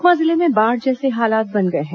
सुकमा जिले में बाढ़ जैसे हालात बन गए हैं